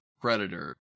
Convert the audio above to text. Predator